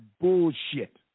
bullshit